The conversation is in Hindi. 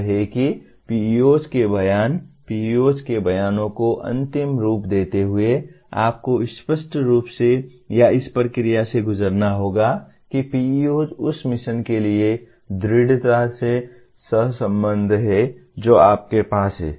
यह है कि PEOs के बयान PEOs के बयानों को अंतिम रूप देते हुए आपको स्पष्ट रूप से या इस प्रक्रिया से गुजरना होगा कि PEOs उस मिशन के लिए दृढ़ता से सहसंबद्ध हैं जो आपके पास है